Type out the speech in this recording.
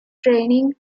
training